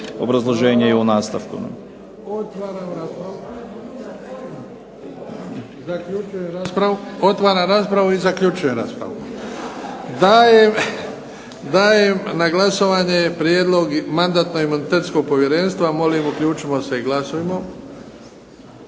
Otvaram raspravu i zaključujem raspravu. Dajem na glasovanje prijedlog Mandatno-imunitetskog povjerenstva. Molim uključimo se i glasujmo.